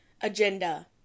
agenda